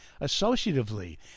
associatively